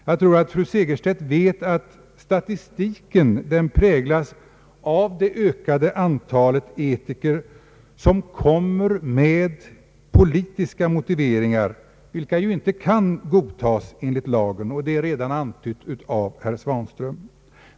Jag tror att fru Segerstedt Wiberg vet att statistiken präglas av det ökade antalet etiker som kommer med politiska motiveringar, vilka ju inte kan godtas enligt lagen. Detta är redan antytt av herr Svanström.